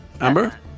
Amber